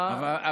לשם הלאומי.